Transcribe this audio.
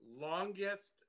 longest